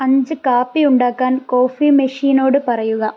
അഞ്ച് കാപ്പി ഉണ്ടാക്കാൻ കോഫി മെഷീനോട് പറയുക